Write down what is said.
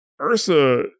Ursa